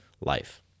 life